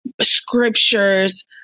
scriptures